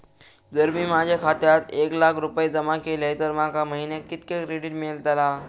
जर मी माझ्या खात्यात एक लाख रुपये जमा केलय तर माका महिन्याक कितक्या क्रेडिट मेलतला?